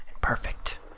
Perfect